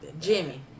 Jimmy